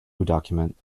document